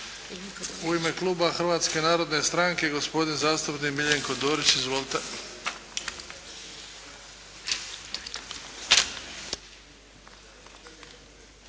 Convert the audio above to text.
U ime kluba Hrvatske narodne stranke, gospodin zastupnik Miljenko Dorić. Izvolite.